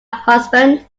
husband